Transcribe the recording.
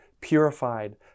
purified